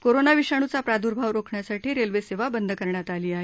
corona विषाणूचा प्रादुर्भाव रोखण्यासाठी रेल्वे सेवा बंद करण्यात आली आहे